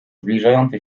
zbliżający